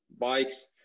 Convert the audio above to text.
bikes